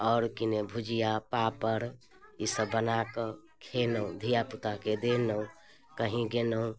आओर कि ने भुजिआ पापड़ ईसब बनाकऽ खेलहुँ धिआपुताके देलहुँ कहीँ गेलहुँ